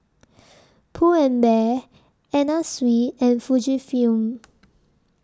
Pull and Bear Anna Sui and Fujifilm